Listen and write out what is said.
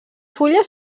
fulles